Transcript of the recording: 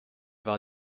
war